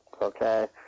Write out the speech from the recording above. Okay